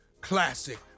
classic